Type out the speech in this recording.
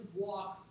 walk